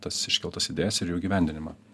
tas iškeltas idėjas ir jų įgyvendinimą